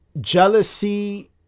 jealousy